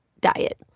diet